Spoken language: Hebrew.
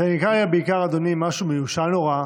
אדוני, זה בעיקר משהו מיושן נורא.